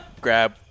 grab